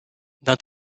d’un